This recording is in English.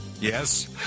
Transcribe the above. yes